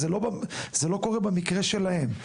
זה לא קורה במקרה שלהם.